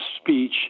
speech